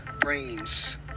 brains